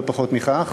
לא פחות מכך,